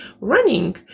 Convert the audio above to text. running